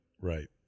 Right